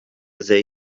they